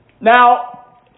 Now